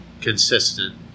consistent